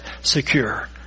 secure